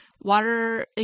water